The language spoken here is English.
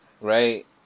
right